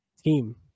team